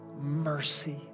mercy